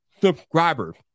subscribers